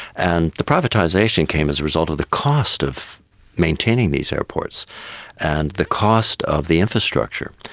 and the privatisation came as a result of the cost of maintaining these airports and the cost of the infrastructure,